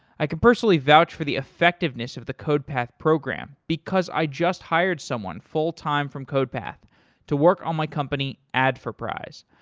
i could personally vouch for the effectiveness of the codepath program because i just hired someone full-time from codepath to work on my company adforprize.